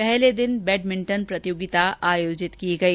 पहले दिन बैडमिंटन प्रतियोगिता आयोजित की गई